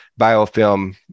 biofilm